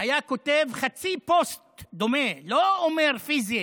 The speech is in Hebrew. היה כותב חצי פוסט דומה, לא אומר פיזית,